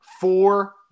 Four